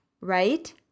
right